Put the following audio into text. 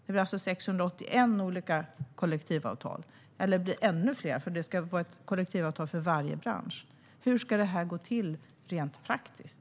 Det blir alltså 681 olika kollektivavtal - eller kanske ännu fler om det ska vara ett kollektivavtal för varje bransch. Hur ska det gå till rent praktiskt?